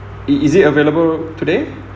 it is it available today